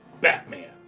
Batman